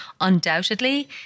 Undoubtedly